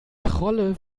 trolle